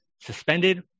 Suspended